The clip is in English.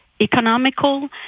economical